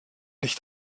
nicht